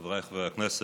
חבריי חברי הכנסת,